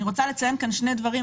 אני רוצה לציין כאן שני דברים.